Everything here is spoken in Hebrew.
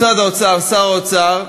משרד האוצר, שר האוצר,